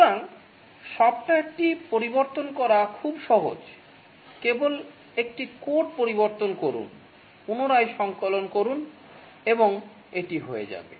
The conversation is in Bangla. সুতরাং সফ্টওয়্যারটি পরিবর্তন করা খুব সহজ কেবল একটি কোড পরিবর্তন করুন পুনরায় সংকলন করুন এবং এটি হয়ে যাবে